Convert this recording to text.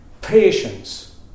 patience